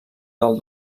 del